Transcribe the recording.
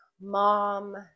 mom